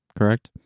correct